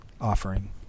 offering